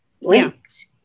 linked